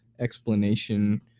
explanation